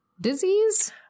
disease